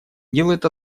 делает